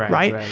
right?